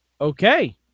Okay